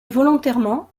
volontairement